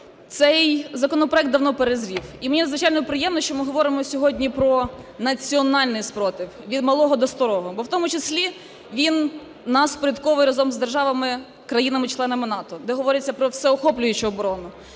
Цей законопроект давно перезрів і мені, звичайно, приємно, що ми говоримо сьогодні про національний спротив від малого до старого. Бо в тому числі він нас впорядковує разом з державами країнами-членами НАТО, де говориться про всеохоплюючу оборону,